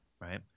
right